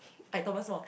like Thomas-Wong